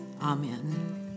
amen